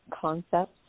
concepts